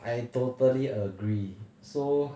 I totally agree so